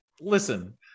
listen